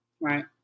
Right